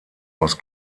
aus